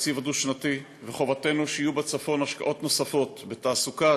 בתקציב הדו-שנתי וחובתנו שיהיו בצפון השקעות נוספות בתעסוקה,